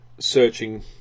searching